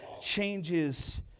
changes